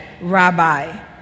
rabbi